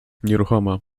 nieruchoma